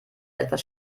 etwas